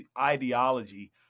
ideology